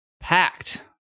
packed